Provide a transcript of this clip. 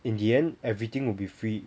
in the end everything will be free